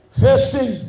facing